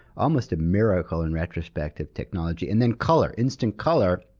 almost a miracle, in retrospect, of technology, and then color. instant color,